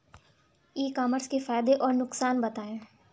ई commerce के फायदे और नुकसान बताएँ?